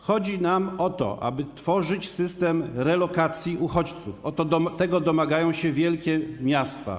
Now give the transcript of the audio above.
Chodzi nam o to, aby tworzyć system relokacji uchodźców, tego domagają się wielkie miasta.